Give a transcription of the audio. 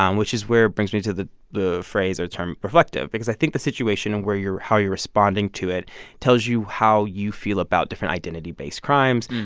um which is where it brings me to the the phrase or term reflective because i think the situation and where how you're responding to it tells you how you feel about different identity-based crimes,